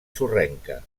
sorrenca